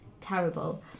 terrible